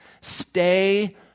Stay